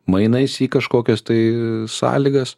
mainais į kažkokias tai sąlygas